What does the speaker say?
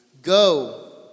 Go